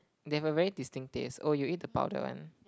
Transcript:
they have a very distinct taste oh you eat the powder one